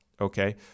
Okay